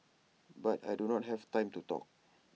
but I do not have time to talk